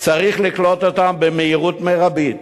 צריך לקלוט אותם במהירות מרבית.